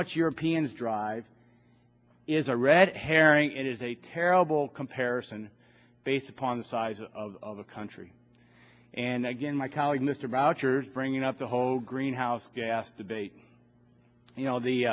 much europeans drive is a red herring it is a terrible comparison based upon the size of the country and again my colleague mr rogers bringing up the whole greenhouse gas debate you know